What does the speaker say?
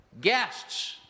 guests